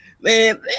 Man